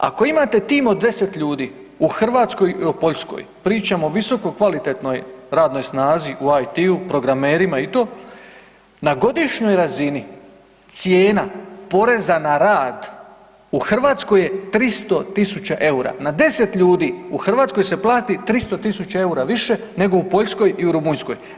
Ako imate tim od 10 ljudi u Hrvatskoj i u Poljskoj, pričamo o visoko kvalitetnoj radnoj snazi u IT-u, programerima i to, na godišnjoj razini, cijena poreza na rad u Hrvatskoj je 300 000 eura, na 10 ljudi u Hrvatskoj se plati 300 000 eura više nego u Poljskoj i u Rumunjskoj.